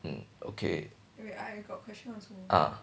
mm okay ah